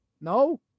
No